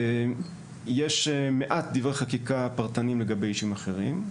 יש מעט דברי חקיקה פרטניים לגבי אישים אחרים.